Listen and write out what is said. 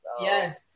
Yes